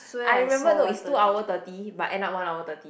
I remember no it's two hour thirty but end up one hour thirty